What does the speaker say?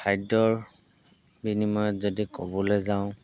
খাদ্যৰ বিনিময়ত যদি ক'বলৈ যাওঁ